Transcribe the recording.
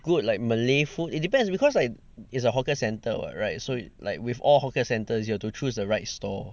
good like malay food it depends because like it's a hawker centre [what] right so like with all hawker centres you have to choose the right stall